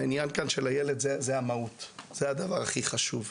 העניין כאן של הילד זה המהות, זה הדבר הכי חשוב.